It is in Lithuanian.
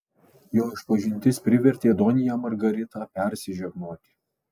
jo išpažintis privertė donją margaritą persižegnoti